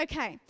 Okay